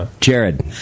Jared